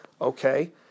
Okay